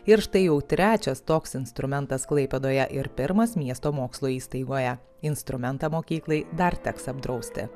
ir štai jau trečias toks instrumentas klaipėdoje ir pirmas miesto mokslo įstaigoje instrumentą mokyklai dar teks apdrausti